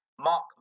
Mark